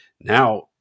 now